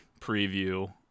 preview